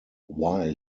while